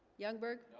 youngberg